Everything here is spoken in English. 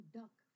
duck